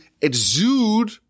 exude